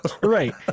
right